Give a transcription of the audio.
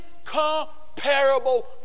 incomparable